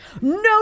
No